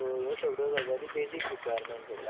so ह्यो सगळ्यो गजाली बेझीक रिक्वायमॅण्स आसा